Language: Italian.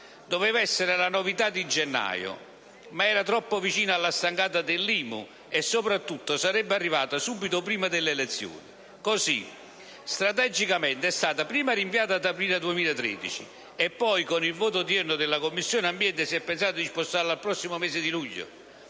Doveva essere la novità di gennaio ma era troppo vicina alla stangata dell'IMU e soprattutto, sarebbe arrivata subito prima delle elezioni. Così - strategicamente - è stata prima rinviata ad aprile 2013 e poi, con il voto odierno della Commissione ambiente, si è pensato di spostarla al prossimo mese di luglio.